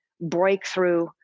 breakthrough